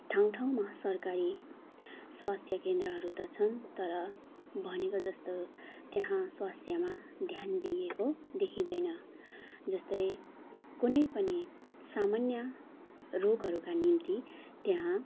ठाउँ ठाउँमा सरकारी स्वास्थ्य केन्द्रहरू त छन् तर भनेकोजस्तो त्यहाँ स्वास्थ्यमा ध्यान दिइएको देखिँदैन जस्तै कुनै पनि सामान्य रोगहरूका निम्ति त्यहाँ